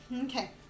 Okay